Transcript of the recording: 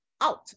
out